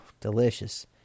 delicious